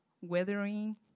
weathering